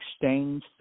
exchange